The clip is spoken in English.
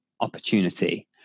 opportunity